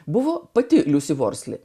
buvo pati liusė vorsli